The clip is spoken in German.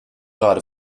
gerade